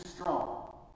strong